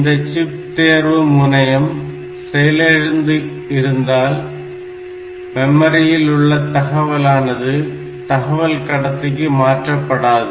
இந்த சிப் தேர்வு முனையம் செயலிழந்து இருந்தால் மெமரியில் உள்ள தகவலானது தகவல் கடத்திக்கு மாற்றப்படாபடாது